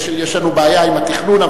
יש לנו בעיה עם התכנון,